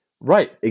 Right